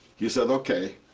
he said, okay,